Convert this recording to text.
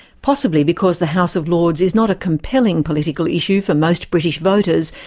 possibly because the house of lords is not a compelling political issue for most british voters,